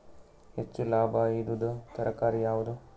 ಹೆಚ್ಚು ಲಾಭಾಯಿದುದು ತರಕಾರಿ ಯಾವಾದು?